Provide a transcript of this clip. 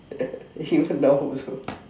even now also